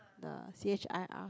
the C H I R